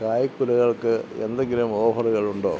കായ് കുലകൾക്ക് എന്തെങ്കിലും ഓഫറുകളുണ്ടോ